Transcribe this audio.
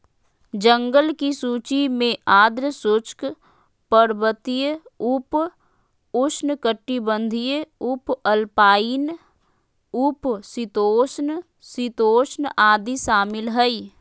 जंगल की सूची में आर्द्र शुष्क, पर्वतीय, उप उष्णकटिबंधीय, उपअल्पाइन, उप शीतोष्ण, शीतोष्ण आदि शामिल हइ